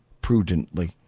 prudently